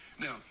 Now